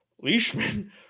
Leishman